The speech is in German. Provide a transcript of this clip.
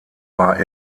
war